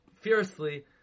fiercely